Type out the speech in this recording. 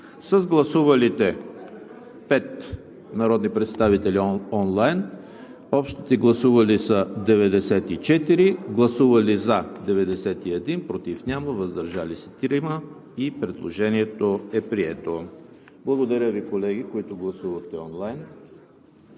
С гласувалите 5 народни представители онлайн общите гласували са 94: за 91, против няма, въздържали се 3 Предложението е прието. Благодаря Ви, колеги, които гласувахте онлайн.